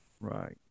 right